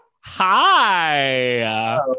Hi